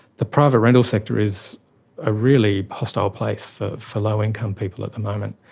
the private rental sector is a really hostile place for for low income people at the moment.